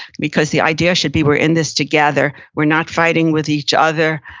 because the idea should be, we're in this together, we're not fighting with each other.